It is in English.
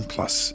Plus